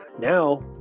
now